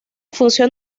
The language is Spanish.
función